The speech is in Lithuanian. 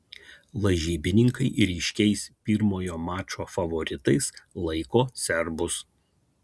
lažybininkai ryškiais pirmojo mačo favoritais laiko serbus